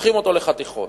חותכים לחתיכות.